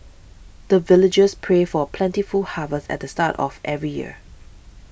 the villagers pray for plentiful harvest at the start of every year